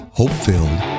hope-filled